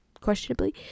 questionably